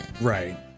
Right